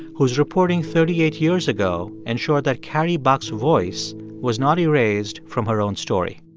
whose reporting thirty eight years ago ensured that carrie buck's voice was not erased from her own story.